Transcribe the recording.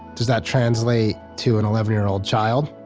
does that translate to an eleven year old child?